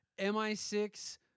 MI6